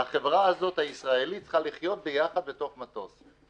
והחברה הזאת הישראלית צריכה לחיות ביחד בתוך מטוס.